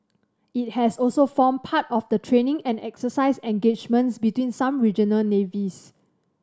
it has also formed part of the training and exercise engagements between some regional navies